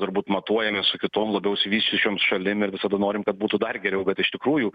turbūt matuojamės su kitom labiau išsivysčiusiom šalim visada norim kad būtų dar geriau kad iš tikrųjų